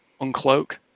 uncloak